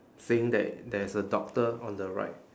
saying that there is a doctor on the right